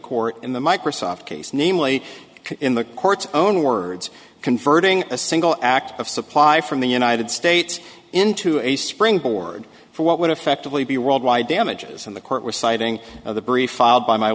court in the microsoft case namely in the court's own words converting a single act of supply from the united states into a springboard for what would effect to be world wide damages and the court were citing the brief filed by my